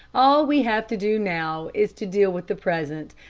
all we have to do now is to deal with the present,